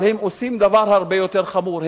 אבל הן עושות דבר הרבה יותר חמור.